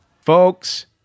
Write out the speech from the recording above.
Folks